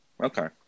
Okay